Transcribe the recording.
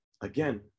again